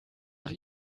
nach